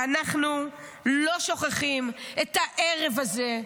ואנחנו לא שוכחים את הערב הזה,